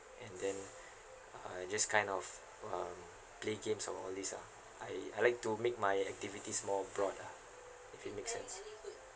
and then uh just kind of um play games or all these lah I I like to make my activities more broad lah if it makes sense